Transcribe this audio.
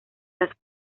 las